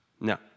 No